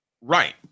Right